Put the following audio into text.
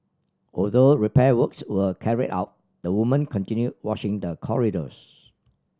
although repair works were carried out the woman continued washing the corridors